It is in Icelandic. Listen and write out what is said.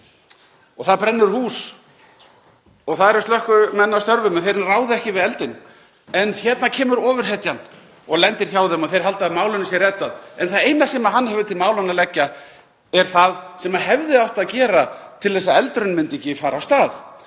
Það brennur hús og það eru slökkviliðsmenn að störfum en þeir ráða ekki við eldinn. En hérna kemur ofurhetjan og lendir hjá þeim og þeir halda málinu sé reddað en það eina sem hann hefur til málanna að leggja er það sem hefði átt að gera til þess að eldurinn myndi ekki fara af stað.